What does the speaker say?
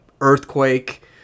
earthquake